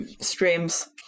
streams